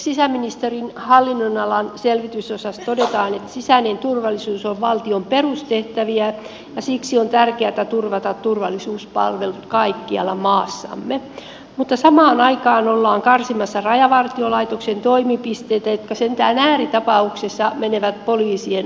sisäministerin hallinnonalan selvitysosassa todetaan että sisäinen turvallisuus on valtion perustehtäviä ja siksi on tärkeätä turvata turvallisuuspalvelut kaikkialla maassamme mutta samaan aikaan ollaan karsimassa rajavartiolaitoksen toimipisteitä jotka sentään ääritapauksessa menevät poliisien avuksi